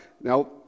Now